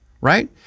right